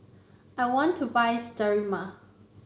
I want to buy Sterimar